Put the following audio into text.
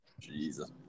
Jesus